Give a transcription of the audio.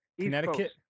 Connecticut